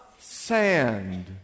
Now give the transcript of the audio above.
sand